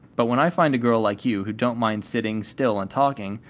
but when i find a girl like you who don't mind sitting still and talking,